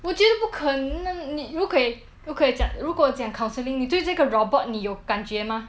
我觉得不可能 lah 你不可以不可以讲如果讲 counseling 你对这个 robot 你有感觉吗